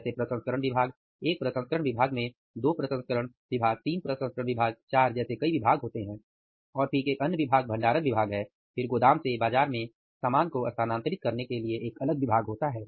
जैसे प्रसंस्करण विभाग एक प्रसंस्करण विभाग दो प्रसंस्करण विभाग तीन प्रसंस्करण विभाग चार जैसे कई विभाग होते हैं और फिर एक अन्य विभाग भंडारण विभाग है और फिर गोदाम से बाजार में सामान को स्थानांतरित करने के लिए एक अलग विभाग होता है